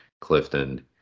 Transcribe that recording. clifton